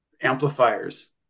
amplifiers